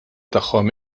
tagħhom